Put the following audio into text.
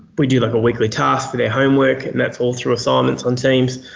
we do like a weekly task for their homework, and that's all through assignments on teams.